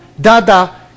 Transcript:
Dada